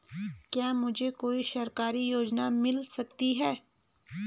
क्या मुझे कोई सरकारी योजना मिल सकती है?